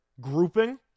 grouping